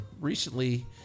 recently